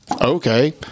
okay